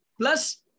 plus